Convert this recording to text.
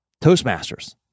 Toastmasters